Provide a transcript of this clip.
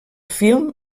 film